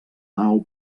nau